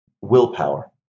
willpower